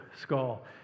skull